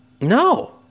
No